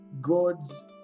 God's